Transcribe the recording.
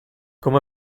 come